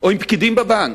עם פקידים בבנק,